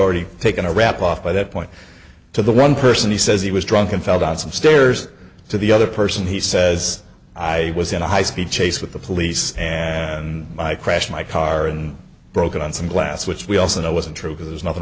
already taken a rap off by that point to the one person he says he was drunk and fell down some stairs to the other person he says i was in a high speed chase with the police and i crashed my car and broke on some glass which we also know wasn't true because there's nothing